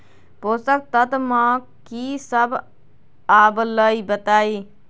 पोषक तत्व म की सब आबलई बताई?